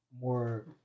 more